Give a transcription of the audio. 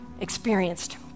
experienced